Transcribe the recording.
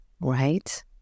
Right